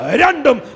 random